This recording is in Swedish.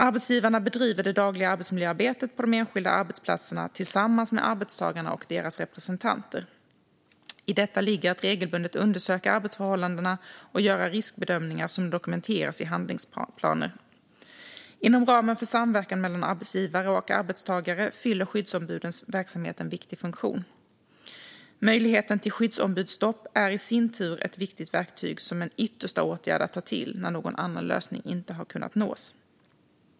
Arbetsgivarna bedriver det dagliga arbetsmiljöarbetet på de enskilda arbetsplatserna tillsammans med arbetstagarna och deras representanter. I detta ligger att regelbundet undersöka arbetsförhållandena och göra riskbedömningar som dokumenteras i handlingsplaner. Inom ramen för samverkan mellan arbetsgivare och arbetstagare fyller skyddsombudens verksamhet en viktig funktion. Möjligheten till skyddsombudsstopp är i sin tur ett viktigt verktyg som en yttersta åtgärd att ta till när någon annan lösning inte har kunnat nås.